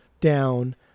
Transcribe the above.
down